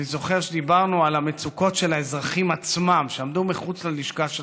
אני זוכר שדיברנו על המצוקות של האזרחים עצמם שעמדו מחוץ ללשכה שלך.